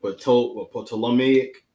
Ptolemaic